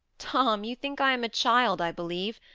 tom, you think i am a child, i believe.